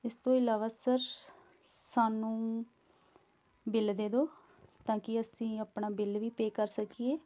ਇਸ ਤੋਂ ਇਲਾਵਾ ਸਰ ਸਾਨੂੰ ਬਿੱਲ ਦੇ ਦਿਉ ਤਾਂ ਕਿ ਅਸੀਂ ਆਪਣਾ ਬਿੱਲ ਵੀ ਪੇਅ ਕਰ ਸਕੀਏ